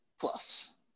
Plus